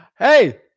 Hey